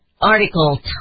article